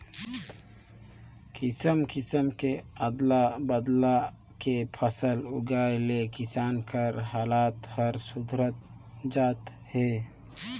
किसम किसम के अदल बदल के फसल उगाए ले किसान कर हालात हर सुधरता जात हे